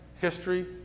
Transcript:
History